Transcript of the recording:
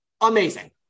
Amazing